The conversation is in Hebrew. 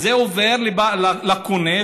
זה עובר לקונה,